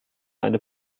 eine